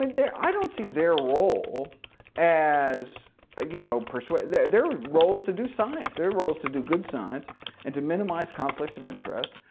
and i don't see their role as ah you know persua their their role is to do science, their role is to do good science and to minimize conflicts of interest,